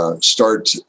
start